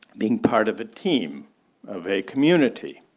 being part of a team of a community.